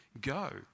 go